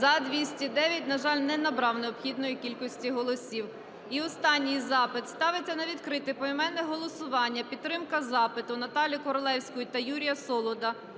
За-209 На жаль, не набрав необхідної кількості голосів. І останній запит. Ставиться на відкрите поіменне голосування підтримка запиту Наталії Королевської та Юрія Солода